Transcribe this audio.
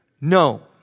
No